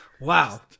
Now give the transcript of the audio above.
Wow